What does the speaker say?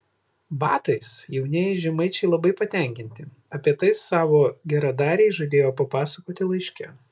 batais jaunieji žemaičiai labai patenkinti apie tai savo geradarei žadėjo papasakoti laiške